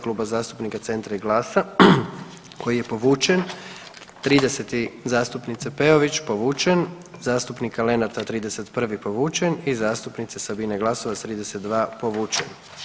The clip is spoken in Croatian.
Kluba zastupnika Centra i GLAS-a koji je povučen, 30. zastupnice Peović, povučen, zastupnika Lenarta 31. povučen i zastupnice Sabine Glasovac 32. povučen.